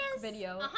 video